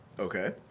Okay